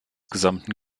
gesamten